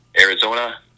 Arizona